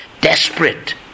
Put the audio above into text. Desperate